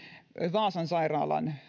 vaasan sairaalan